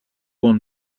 one